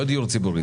לא דיור ציבורי.